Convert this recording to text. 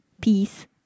peace